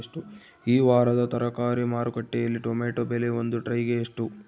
ಈ ವಾರದ ತರಕಾರಿ ಮಾರುಕಟ್ಟೆಯಲ್ಲಿ ಟೊಮೆಟೊ ಬೆಲೆ ಒಂದು ಟ್ರೈ ಗೆ ಎಷ್ಟು?